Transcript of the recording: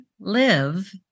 live